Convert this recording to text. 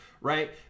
right